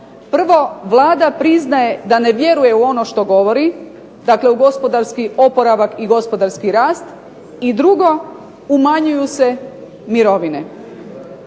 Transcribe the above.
Prvo Vlada priznaje da ne vjeruje u ono što govori, dakle u gospodarski oporavak i gospodarski rast, i drugo umanjuju se mirovine.